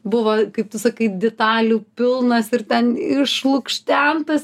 buvo kaip tu sakai ditalių pilnas ir ten išlukštentas